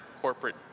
corporate